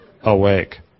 Awake